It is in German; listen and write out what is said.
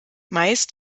meist